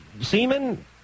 semen